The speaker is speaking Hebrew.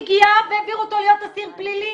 הגיע והעבירו אותו להיות אסיר פלילי.